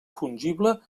fungible